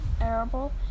Arable